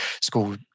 school